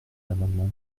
l’amendement